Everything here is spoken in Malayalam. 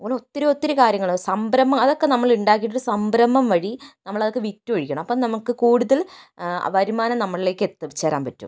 ഒത്തിരി ഒത്തിരി കാര്യങ്ങൾ സംരംഭം അതൊക്കെ നമ്മൾ ഉണ്ടാക്കിയിട്ട് ഒരു സംരംഭം വഴി നമ്മൾ അതൊക്കെ വിറ്റൊഴിക്കണം അപ്പോൾ നമുക്ക് കൂടുതൽ വരുമാനം നമ്മളിലേക്ക് എത്തിച്ചേരാൻ പറ്റും